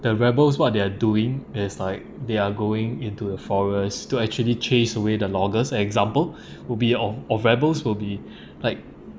the rebels what they're doing is like they're going into a forest to actually chase away the loggers examples would be of of rebels will be like